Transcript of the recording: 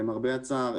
למרבה הצער,